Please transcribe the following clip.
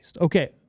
Okay